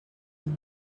with